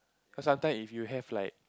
cause sometime if you have like